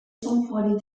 cinq